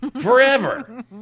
Forever